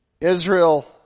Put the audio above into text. Israel